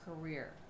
career